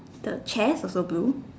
the chairs also blue